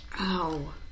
Ow